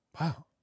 Wow